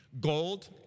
Gold